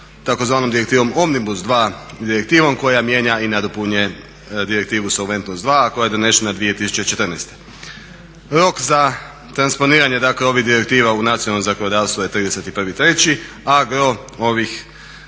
te tzv. Direktivom omnibus 2 koja mijenja i nadopunjuje Direktivnu solventnost 2 a koja je donesena 2014. Rok za transponiranje dakle ovih direktiva u nacionalno zakonodavstvo je 31.03., a ovaj